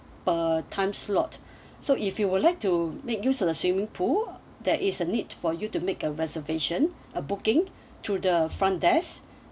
per time slot so if you would like to make use of the swimming pool there is a need for you to make a reservation a booking to the front desk